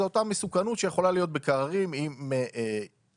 זה אותה מסוכנות שיכולה להיות בקררים אם הם